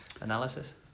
analysis